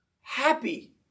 happy